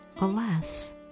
Alas